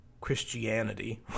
Christianity